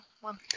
one